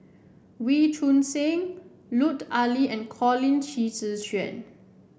Wee Choon Seng Lut Ali and Colin Qi Zhe Quan